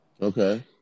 Okay